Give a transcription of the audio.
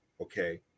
okay